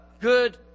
good